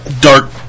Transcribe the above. Dark